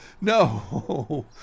No